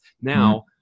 Now